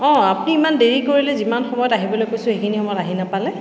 অঁ আপুনি ইমান দেৰি কৰিলে যিমান সময়ত আহিবলৈ কৈছোঁ সেইখিনি সময়ত আহি নাপালে